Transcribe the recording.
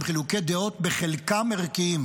הם חילוקי דעות שבחלקם הם ערכיים.